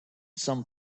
some